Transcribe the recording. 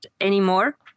anymore